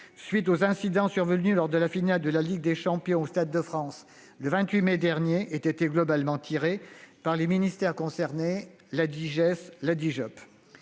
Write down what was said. des incidents survenus lors de la finale de la Ligue des champions au Stade de France le 28 mai dernier aient été globalement tirés par les ministères concernés, par la